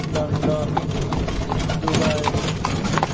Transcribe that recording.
London Dubai